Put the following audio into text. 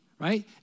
right